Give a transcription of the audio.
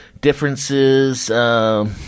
differences –